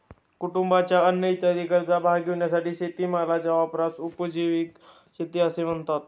कुटुंबाच्या अन्न इत्यादी गरजा भागविण्यासाठी शेतीमालाच्या वापरास उपजीविका शेती असे म्हणतात